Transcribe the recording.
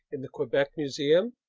in the quebec museum?